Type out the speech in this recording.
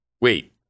Wait